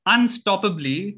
Unstoppably